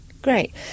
Great